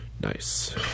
Nice